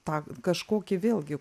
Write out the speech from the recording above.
tą kažkokį vėlgi